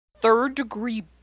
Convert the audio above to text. third-degree